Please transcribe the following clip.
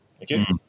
Okay